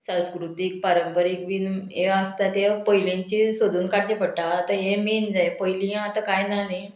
सांस्कृतीक पारंपारीक बीन ह्यो आसता त्यो पयलींची सोदून काडचे पडटा आतां हें मेन जाय पयलीं आतां कांय ना न्ही